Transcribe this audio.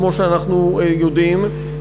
כמו שאנחנו יודעים,